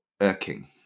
irking